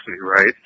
right